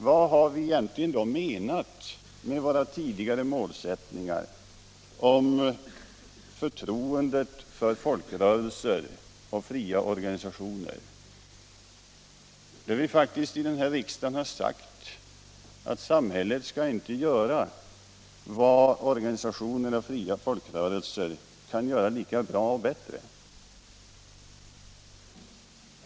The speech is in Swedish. Vad har vi då egentligen menat med vår tidigare målsättning om förtroende för folkrörelser och fria organisationer? Vi har faktiskt här i riksdagen sagt att samhället inte skall göra vad organisationer och fria folkrörelser kan göra lika bra och bättre.